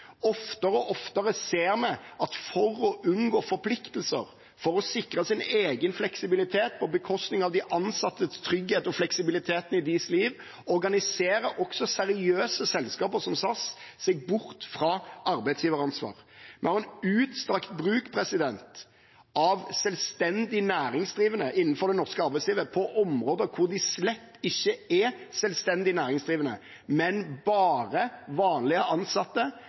Oftere og oftere ser vi at for å unngå forpliktelser og sikre sin egen fleksibilitet, på bekostning av de ansattes trygghet og fleksibiliteten i deres liv, organiserer også seriøse selskaper, som SAS, seg bort fra arbeidsgiveransvaret. Det er en utstrakt bruk av selvstendig næringsdrivende innenfor det norske arbeidslivet på områder der de slett ikke er selvstendig næringsdrivende, men bare vanlig ansatte.